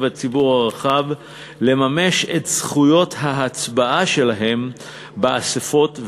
הציבור הרחב לממש את זכויות ההצבעה שלהם באספות,